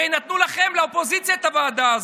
הרי נתנו לכם, לאופוזיציה, את הוועדה הזאת.